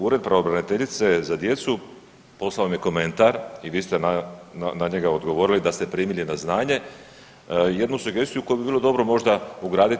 Ured pravobraniteljice za djecu poslao nam je komentar i vi ste na njega odgovorili da ste primili na znanje jednu sugestiju koju bi bilo možda dobro ugraditi.